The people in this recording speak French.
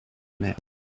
mer